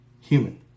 human